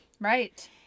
Right